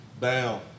down